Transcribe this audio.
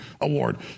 Award